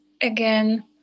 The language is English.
again